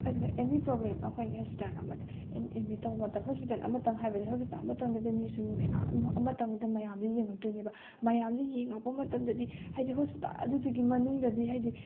ꯑꯗꯨꯅ any problem ꯑꯩꯈꯣꯏꯅ hospital ꯑꯃꯗ ꯑꯦꯃꯤꯠ ꯇꯧꯕ ꯃꯇꯝꯗ ꯍꯣꯁꯄꯤꯇꯥꯜ ꯑꯃꯇꯪ ꯍꯥꯏꯕꯁꯦ ꯍꯣꯁꯄꯤꯇꯥꯟ ꯑꯃꯇꯪꯗꯗꯤ ꯃꯤꯁꯨ ꯃꯌꯥꯝ ꯑꯃꯇꯪꯗ ꯃꯌꯥꯝꯁꯦ ꯌꯦꯡꯉꯛꯇꯣꯏꯅꯦꯕ ꯃꯌꯥꯝꯁꯦ ꯌꯦꯡꯉꯛꯄ ꯃꯇꯝꯗꯗꯤ ꯍꯥꯏꯗꯤ ꯍꯣꯁꯄꯤꯇꯥꯜ ꯑꯗꯨꯗꯨꯒꯤ ꯃꯅꯨꯡꯗꯗꯤ ꯍꯥꯏꯗꯤ